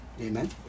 Amen